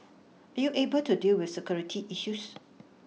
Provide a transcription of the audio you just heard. are you able to deal with security issues